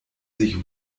sich